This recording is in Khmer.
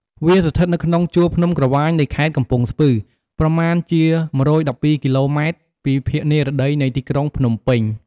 វាស្ថិតនៅក្នុង ជួរភ្នំក្រវាញ នៃខេត្តកំពង់ស្ពឺ ប្រមាណជា ១១២ គីឡូម៉ែត្រ ពីភាគនិរតីនៃទីក្រុងភ្នំពេញ។